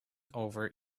over